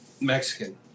Mexican